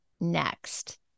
next